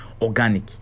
organic